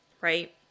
Right